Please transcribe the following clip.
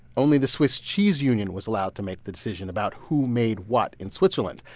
only the swiss cheese union was allowed to make the decision about who made what in switzerland.